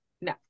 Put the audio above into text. No